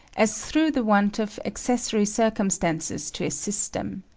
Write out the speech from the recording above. as through the want of accessory circumstances to assist them.